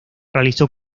realizó